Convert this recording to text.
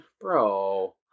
Bro